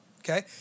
okay